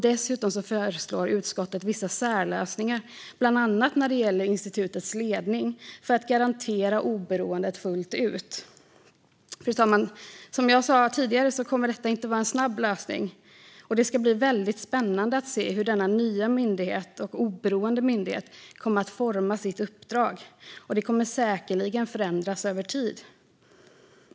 Dessutom föreslår utskottet vissa särlösningar, bland annat när det gäller institutets ledning, för att garantera oberoendet fullt ut. Fru talman! Som jag sa tidigare kommer detta inte att vara en snabb lösning. Det ska bli väldigt spännande att se hur denna nya och oberoende myndighet kommer att forma sitt uppdrag, och det kommer säkerligen att förändras över tid.